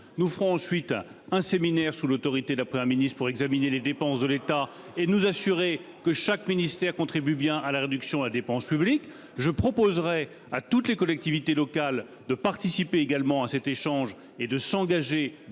Nous ferons ensuite à un séminaire sous l'autorité d'après Ministre pour examiner les dépenses de l'État et nous assurer que chaque ministère contribue bien à la réduction à dépense publique. Je proposerai à toutes les collectivités locales de participer également à cet échange et de s'engager dans